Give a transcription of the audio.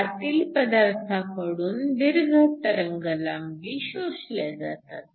आणि आतील पदार्थाकडून दीर्घ तरंगलांबी शोषल्या जातात